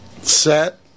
set